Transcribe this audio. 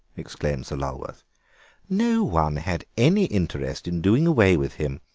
exclaimed sir lulworth no one had any interest in doing away with him,